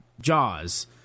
Jaws